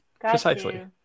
precisely